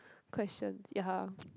questions ya